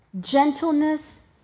gentleness